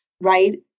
right